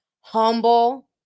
humble